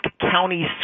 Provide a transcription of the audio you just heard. County